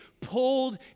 pulled